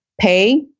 pay